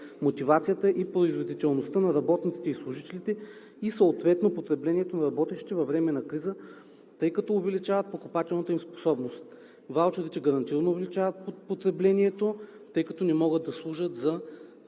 мотивацията и производителността на работниците и служителите и съответно потреблението на работещите във време на криза, тъй като увеличават покупателната им способност. Ваучерите гарантирано увеличават потреблението, тъй като не могат да служат за